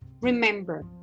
remember